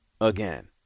again